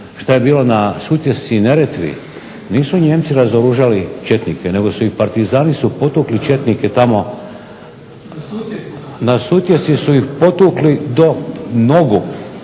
što je bilo na Sutjesci i Neretvi, nisu Nijemci razoružali četnike nego su ih partizani su potukli četnike na Sutjesci su ih potukli do nogu.